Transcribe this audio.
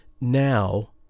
Now